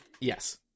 Yes